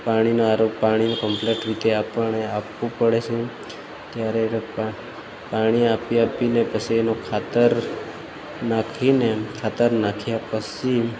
પાણીના આરો પાણીના કંપ્લેટ રીતે આપણે આપવું પડે છે ત્યારે પાણી આપી આપીને પછી એનો ખાતર નાખીને ખાતર નાંખ્યા પછી